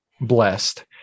blessed